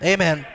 Amen